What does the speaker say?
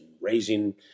raising